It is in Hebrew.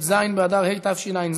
ט"ז באדר התשע"ז,